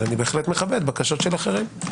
אבל אני מכבד בקשות של אחרים.